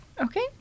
Okay